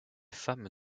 femme